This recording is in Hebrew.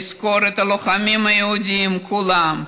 נזכור את הלוחמים היהודים כולם,